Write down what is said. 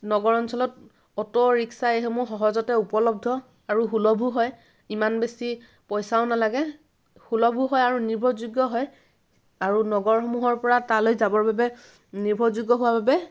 নগৰ অঞ্চলত auto rickshaw এইসমূহ সহজতে উপলব্ধ আৰু সুলভো হয় ইমান বেছি পইচাও নালাগে সুলভো হয় আৰু নিৰ্ভৰযোগ্য হয় আৰু নগৰসমূহৰ পৰা তালৈ যাবৰ বাবে নিৰ্ভৰযোগ্য হোৱাৰ বাবে